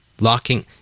locking